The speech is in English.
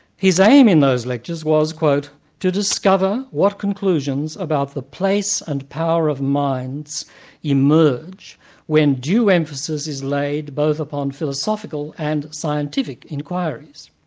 his aim in those lectures was to discover what conclusions about the place and power of minds emerge when due emphasis is laid both upon philosophical and scientific inquiries.